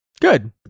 Good